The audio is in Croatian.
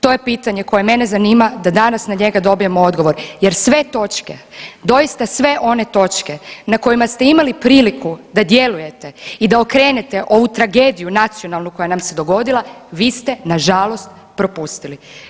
To je pitanje koje mene zanima da danas na njega dobijemo odgovor jer sve točke, doista sve one točke na kojima ste imali priliku da djelujete i da okrenete ovu tragediju nacionalnu koja nam se dogodila vi ste nažalost propustili.